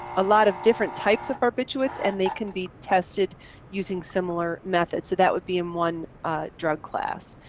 a lot of different types of barbiturates and they can be tested using similar method, so that would be in one drug class.